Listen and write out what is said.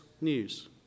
news